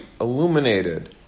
illuminated